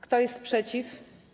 Kto jest przeciw?